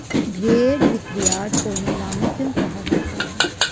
भेड़ बिक्रीयार्ड को नीलामी क्यों कहा जाता है?